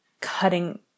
cutting